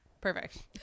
Perfect